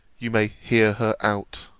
you may hear her out.